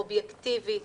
אובייקטיבי,